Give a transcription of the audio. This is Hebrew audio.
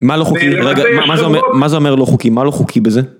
מה לא חוקי? רגע, מה זה אומר לא חוקי? מה לא חוקי בזה?